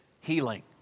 healing